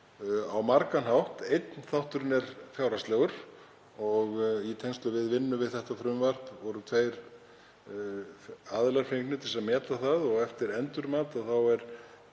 á margan hátt. Einn þátturinn er fjárhagslegur. Í tengslum við vinnu við þetta frumvarp voru tveir aðilar fengnir til að meta það og eftir endurmat